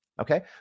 okay